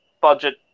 budget